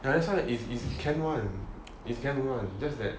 that's why it is can one is can one just that